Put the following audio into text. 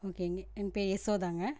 ஓகேங்க என் பே யசோதாங்க